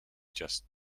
just